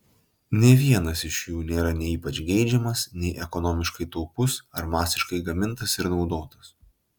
nė vienas iš jų nėra nei ypač geidžiamas nei ekonomiškai taupus ar masiškai gamintas ir naudotas